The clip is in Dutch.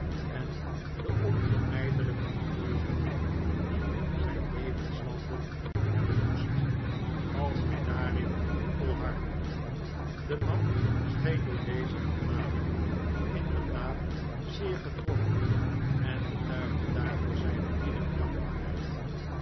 en de onvermijdelijke gevolgen die'zijn levenswandel hebben moest als hij daarin volhardde de man scheen door deze vermaningen inderdaad zeer getroffen en betuigde daarvoor zijne innige dankbaarheid